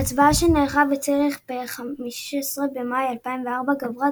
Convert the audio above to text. בהצבעה שנערכה בציריך ב-15 במאי 2004 גברה